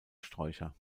sträucher